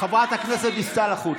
חברת הכנסת דיסטל, החוצה.